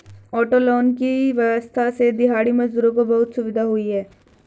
auto loan की व्यवस्था से दिहाड़ी मजदूरों को बहुत सुविधा हुई है